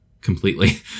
completely